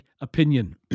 opinion